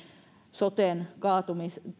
soten kaatumista